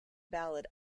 ballad